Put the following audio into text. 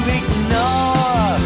ignore